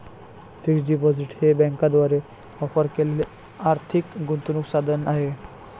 fixed deposit हे बँकांद्वारे offer केलेले आर्थिक गुंतवणूक साधन आहे